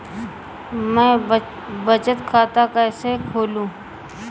मैं बचत खाता कैसे खोलूँ?